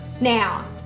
Now